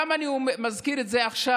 למה אני מזכיר את זה עכשיו?